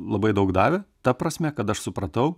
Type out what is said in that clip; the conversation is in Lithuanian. labai daug davė ta prasme kad aš supratau